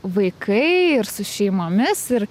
vaikai ir su šeimomis ir